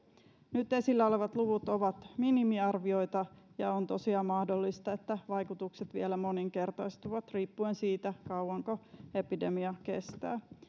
nyt esillä olevat luvut ovat minimiarvioita ja on tosiaan mahdollista että vaikutukset vielä moninkertaistuvat riippuen siitä kauanko epidemia kestää